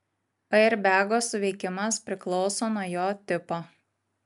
airbego suveikimas priklauso nuo jo tipo